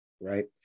right